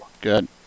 Good